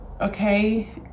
okay